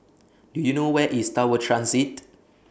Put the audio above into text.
Do YOU know Where IS Tower Transit